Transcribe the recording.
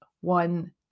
one